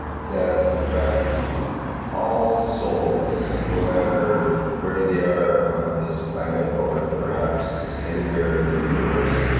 that affect all souls, no matter where they are on this planet, or perhaps, anywhere in the universe?